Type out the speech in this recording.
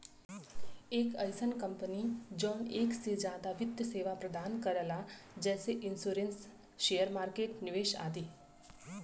एक अइसन कंपनी जौन एक से जादा वित्त सेवा प्रदान करला जैसे इन्शुरन्स शेयर मार्केट निवेश आदि